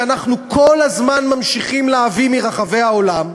שאנחנו כל הזמן ממשיכים להביא מרחבי העולם,